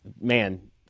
Man